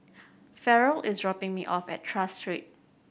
Farrell is dropping me off at Tras Street